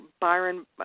Byron